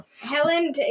Helen